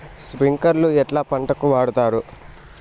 స్ప్రింక్లర్లు ఎట్లా పంటలకు వాడుతారు?